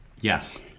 Yes